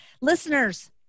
Listeners